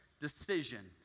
decision